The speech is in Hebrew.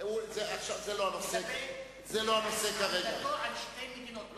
לגבי עמדתו על שתי מדינות?